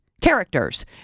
characters